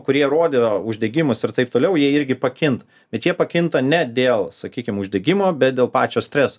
kurie rodė uždegimus ir taip toliau jie irgi pakint bet jie pakinta ne dėl sakykim uždegimo bet dėl pačio streso